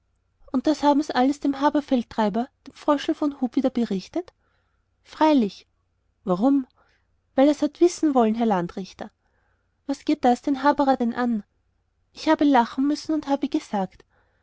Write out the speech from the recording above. und das haben's alles dem haberfeldtreiber dem fröschel von hub wieder berichtet freilich warum weil er's hat wissen wollen herr landrichter was geht das den haberer denn an ich habe lachen müssen und habe gesagt